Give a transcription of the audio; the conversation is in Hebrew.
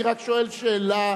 אני רק שואל שאלה,